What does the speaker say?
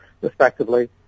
respectively